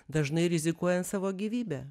dažnai rizikuojant savo gyvybe